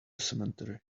cemetery